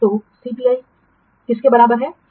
तो सीपीआई क्या बराबर है